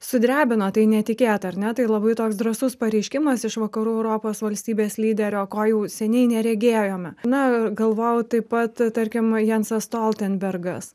sudrebino tai netikėta ar ne tai labai toks drąsus pareiškimas iš vakarų europos valstybės lyderio ko jau seniai neregėjome na galvojau taip pat tarkim jansas stoltenbergas